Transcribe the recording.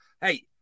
Hey